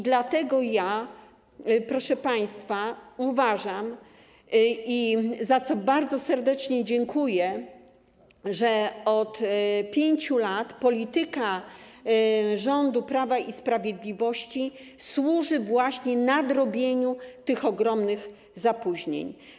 Dlatego, proszę państwa, uważam - za to bardzo serdecznie dziękuję - że od 5 lat polityka rządu Prawa i Sprawiedliwości służy właśnie nadrobieniu tych ogromnych zapóźnień.